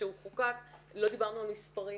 כשהוא חוקק לא דיברנו על מספרים